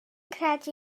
credu